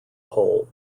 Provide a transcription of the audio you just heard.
whole